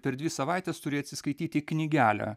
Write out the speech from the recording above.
per dvi savaites turi atsiskaityti knygelę